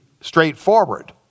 straightforward